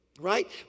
Right